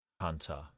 Hunter